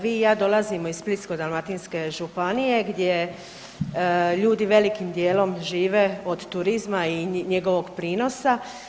Vi i ja dolazimo iz Splitsko-dalmatinske županije gdje ljudi velikim dijelom žive od turizma i njegovog prinosa.